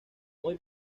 muy